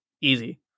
easy